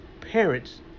parents